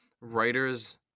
writers